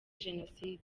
jenoside